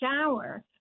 shower